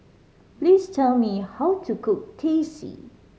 please tell me how to cook Teh C